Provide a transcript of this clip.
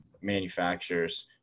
manufacturers